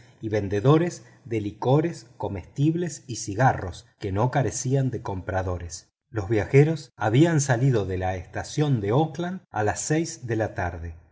y vendedores de licores comestibles y cigarros que no carecían de compradores los viajeros habían salido de la estación de oakland a las seis de la tarde